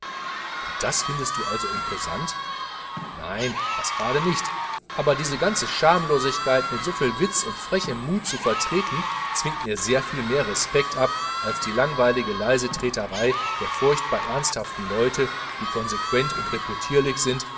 und das findest du also imposant nein das gerade nicht aber diese ganze schamlosigkeit mit soviel witz und frechem mute vertreten zwingt mir sehr viel mehr respekt ab als die langweilige leisetreterei der furchtbar ernsthaften leute die konsequent und reputierlich sind